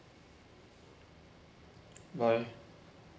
bye